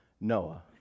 Noah